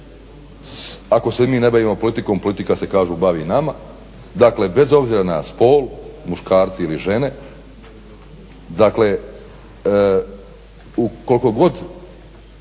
ako se ne mi ne bavimo politikom politika se kažu bavi nama, dakle bez obzira na spol muškarci ili žene dakle koliko god